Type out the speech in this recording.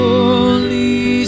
Holy